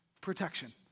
protection